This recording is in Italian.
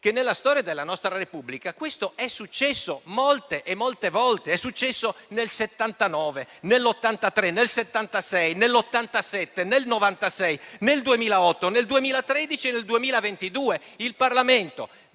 che nella storia della nostra Repubblica questo è successo molte volte: nel 1979, nel 1983, nel 1976, nel 1987, nel 1996, nel 2008, nel 2013 e nel 2022. Il Parlamento